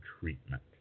treatment